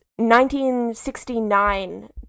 1969